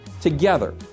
Together